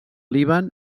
líban